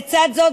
לצד זאת,